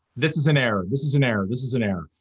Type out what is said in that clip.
this is an error, this is an error, this is an error.